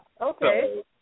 okay